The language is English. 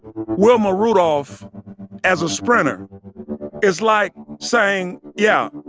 wilma rudolph as a sprinter is like saying, yeah,